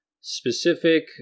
specific